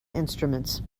instruments